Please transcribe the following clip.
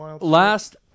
Last